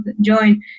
join